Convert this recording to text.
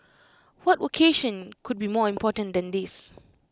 what vocation could be more important than this